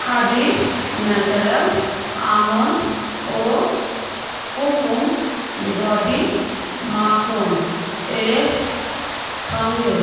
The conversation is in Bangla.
খাদি ন্যাচারাল আমন্ড ও কুকুম বডি মাখন এর সঙ্গে